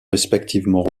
respectivement